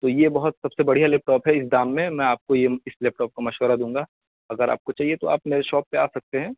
تو یہ بہت سب سے بڑھیا لیپ ٹاپ ہے اس دام میں میں آپ کو یہ اس لیپ ٹاپ کا مشورہ دوں گا اگر آپ کو چاہیے تو آپ میرے شاپ پہ آ سکتے ہیں